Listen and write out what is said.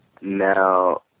Now